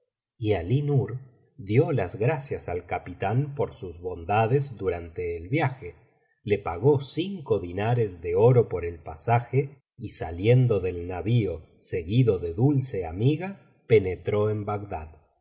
y alí nur dio las gracias al capitán por sus bondades durante el viaje le pagó cinco dinares de oro por el pasaje y saliendo del navio seguido de dulce amiga penetró en bagdad